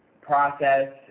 process